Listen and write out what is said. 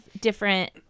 different